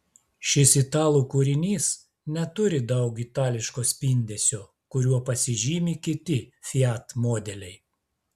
šis italų kūrinys neturi daug itališko spindesio kuriuo pasižymi kiti fiat modeliai